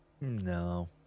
no